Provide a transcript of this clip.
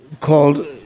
Called